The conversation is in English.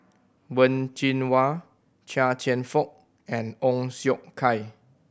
Wen Jinhua Chia Cheong Fook and Ong Siong Kai